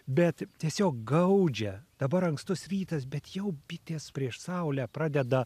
bet tiesiog gaudžia dabar ankstus rytas bet jau bitės prieš saulę pradeda